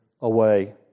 away